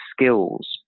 skills